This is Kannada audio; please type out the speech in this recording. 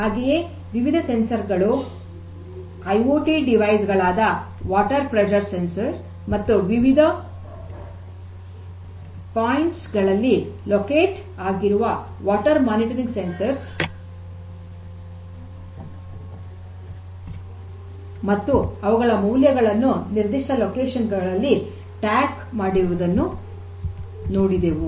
ಹಾಗೆಯೇ ವಿವಿಧ ಸಂವೇದಕಗಳು ಐ ಓ ಟಿ ಡಿವಿಸ್ಸ್ ಗಳಾದ ನೀರಿನ ಒತ್ತಡ ಸಂವೇದಕ ಮತ್ತು ವಿವಿಧ ಪಾಯಿಂಟ್ಸ್ ಗಳಲ್ಲಿ ಪತ್ತೆ ಆಗಿರುವ ನೀರಿನ ಮೇಲ್ವಿಚಾರಣೆ ಮತ್ತು ಅವುಗಳ ಮೌಲ್ಯಗಳನ್ನು ನಿರ್ದಿಷ್ಟ ಸ್ಥಳಗಳಲ್ಲಿ ಟ್ಯಾಗ್ ಮಾಡಿರುವುದನ್ನು ನೋಡಿದೆವು